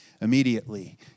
immediately